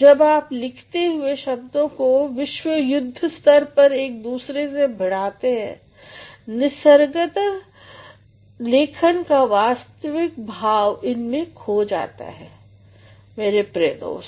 जब आप लिखते हुए शब्दों को विश्वयुद्ध स्तर पर एक दूसरे से भिड़ाते निसर्गतः लेखन का वास्तविक भाव इसमें खो कर रह जाता मेरे प्रिय दोस्त